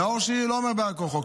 נאור שירי לא אומר בעל כורחו.